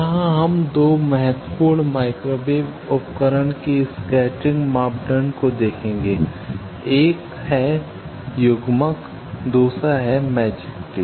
यहां हम 2 बहुत महत्वपूर्ण माइक्रोवेव उपकरण के स्कैटरिंग के मापदंड को देखेंगे एक है युग्मक दूसरा मैजिक टी